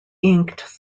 inked